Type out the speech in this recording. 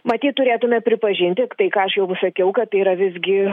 matyt turėtume pripažinti tai ką aš jau sakiau kad tai yra visgi